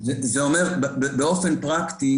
באופן פרקטי,